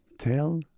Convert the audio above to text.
Tell